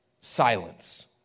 Silence